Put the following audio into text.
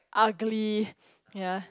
ugly ya